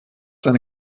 schon